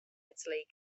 italy